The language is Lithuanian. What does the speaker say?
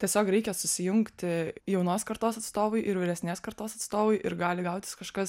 tiesiog reikia susijungti jaunos kartos atstovui ir vyresnės kartos atstovui ir gali gautis kažkas